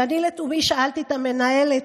ואני לתומי שאלתי את המנהלת: